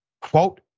Quote